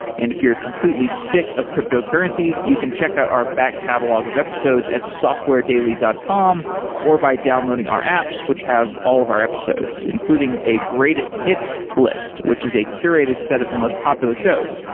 and if you're completely sick of cryptocurrencies, you can check out our back catalog of episodes at softwaredaily dot dot com or by downloading our apps, which have all of our episodes, including a greatest hits list, which is a curated set of most popular shows.